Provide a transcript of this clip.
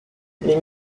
les